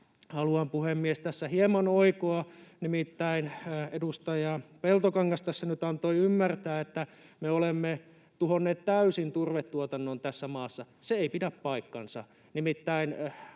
Haluan, puhemies, tässä hieman oikoa, nimittäin edustaja Peltokangas tässä nyt antoi ymmärtää, että me olemme tuhonneet täysin turvetuotannon tässä maassa. Se ei pidä paikkaansa.